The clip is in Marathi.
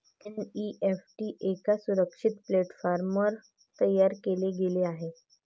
एन.ई.एफ.टी एका सुरक्षित प्लॅटफॉर्मवर तयार केले गेले आहे